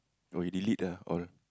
oh he delete ah all